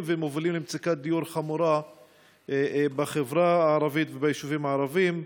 ומובילים למצוקת דיור חמורה בחברה הערבית וביישובים הערביים.